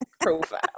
profile